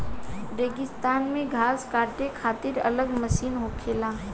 रेगिस्तान मे घास काटे खातिर अलग मशीन होखेला